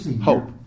hope